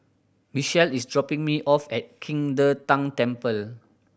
Michelle is dropping me off at King De Tang Temple